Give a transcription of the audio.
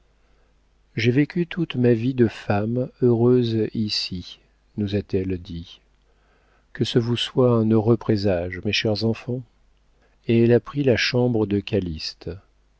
j'ai vécu toute ma vie de femme heureuse ici nous a-t-elle dit que ce vous soit un heureux présage mes chers enfants et elle a pris la chambre de